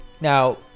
now